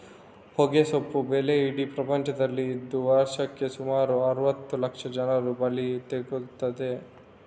ಹೊಗೆಸೊಪ್ಪು ಬೆಳೆ ಇಡೀ ಪ್ರಪಂಚದಲ್ಲಿ ಇದ್ದು ವರ್ಷಕ್ಕೆ ಸುಮಾರು ಅರುವತ್ತು ಲಕ್ಷ ಜನರನ್ನ ಬಲಿ ತಗೊಳ್ತದೆ